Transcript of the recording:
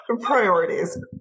priorities